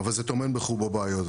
אבל זה טומן בחובו בעיות.